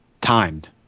Timed